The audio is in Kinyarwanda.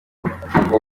navuga